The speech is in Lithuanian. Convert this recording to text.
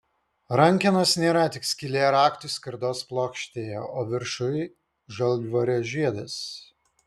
rankenos nėra tik skylė raktui skardos plokštėje o viršuj žalvario žiedas